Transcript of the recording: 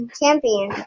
champion